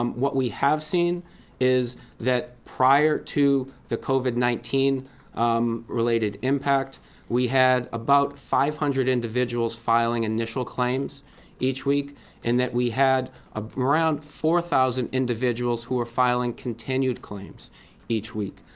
um what we have seen is that prior to the covid nineteen um related impact we had about five hundred individuals filing initial claims each week and that we had ah around four thousand individuals who are filing continued claims each week.